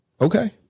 Okay